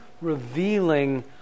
revealing